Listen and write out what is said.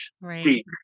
Right